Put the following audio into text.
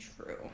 true